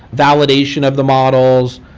validation of the models,